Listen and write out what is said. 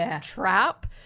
trap